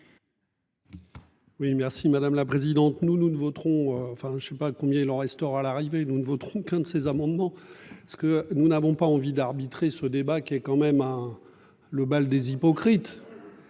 Oui merci madame la présidente, nous nous ne voterons, enfin je ne sais pas combien il en restera l'arrivée nous ne voterons qu'un de ces amendements. Ce que nous n'avons pas envie d'arbitrer ce débat qui est quand même hein. Le bal des hypocrites.